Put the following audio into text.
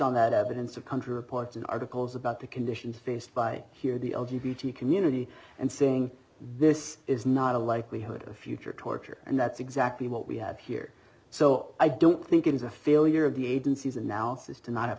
on that evidence of country reports and articles about the conditions faced by here the l g beauty community and saying this is not a likelihood of a future torture and that's exactly what we have here so i don't think it is a failure of the agencies analysis to not have